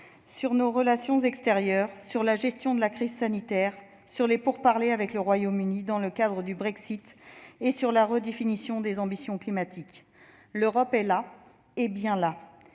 de l'Union européenne, sur la gestion de la crise sanitaire, sur les pourparlers avec le Royaume-Uni dans la perspective du Brexit et sur la redéfinition de nos ambitions climatiques. L'Europe est là, et bien là